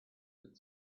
had